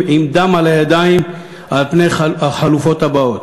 עם דם על הידיים על פני החלופות האלה: